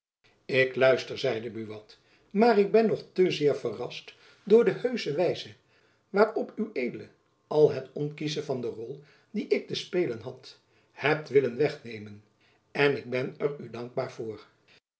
ik luister zeide buat maar ik ben nog te zeer verrast door de heusche wijze waarop ued al het onkiesche van de rol die ik te spelen had hebt willen wegnemen en ik ben er u dankbaar voor